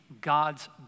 God's